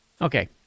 Okay